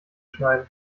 schneiden